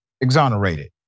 exonerated